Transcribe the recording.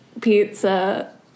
pizza